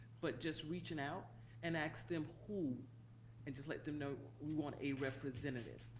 but just reaching out and ask them who and just let them know we want a representative,